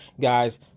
Guys